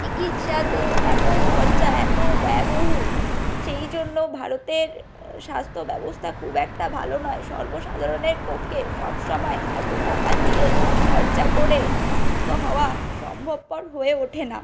চিকিৎসাতে এত খরচা এত ব্যয়বহুল সেই জন্য ভারতের স্বাস্থ্য ব্যবস্থা খুব একটা ভালো নয় সর্বসাধারণের পক্ষে সবসময় এত টাকা দিয়ে খরচা করে সুস্থ হওয়া সম্ভবপর হয়ে ওঠে না